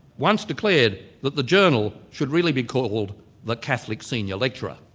once declared that the journal should really be called the catholic senior lecturer.